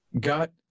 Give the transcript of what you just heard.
got